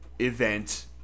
event